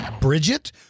Bridget